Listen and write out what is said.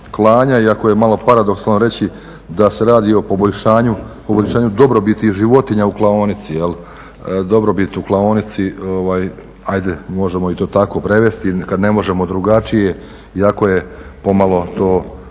iako je malo paradoksalno reći da se radi o poboljšanju dobrobiti životinja u klaonici. Hajde možemo i to tako prevesti kad ne možemo drugačije, iako je pomalo to